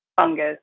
fungus